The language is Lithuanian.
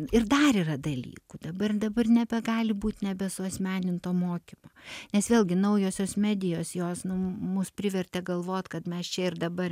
ir dar yra dalykų dabar dabar nebegali būt nebesuasmeninto mokymo nes vėlgi naujosios medijos jos mus privertė galvot kad mes čia ir dabar